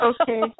Okay